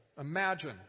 Imagine